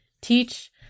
teach